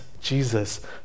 Jesus